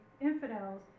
infidels